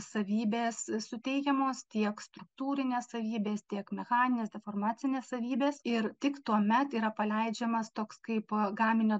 savybės suteikiamos tiek struktūrinės savybės tiek mechaninės deformacinės savybės ir tik tuomet yra paleidžiamas toks kaip gaminio